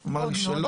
הוא אמר לי שלא.